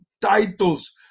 titles